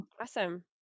Awesome